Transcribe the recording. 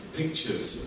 pictures